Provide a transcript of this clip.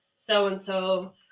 so-and-so